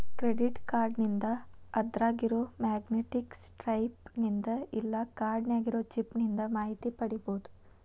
credit ಕಾರ್ಡ್ನಿಂದ ಅದ್ರಾಗಿರೊ magnetic stripe ನಿಂದ ಇಲ್ಲಾ ಕಾರ್ಡ್ ನ್ಯಾಗಿರೊ ಚಿಪ್ ನಿಂದ ಮಾಹಿತಿ ಪಡಿಬೋದು